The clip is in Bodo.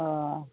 अ